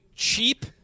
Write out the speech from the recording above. cheap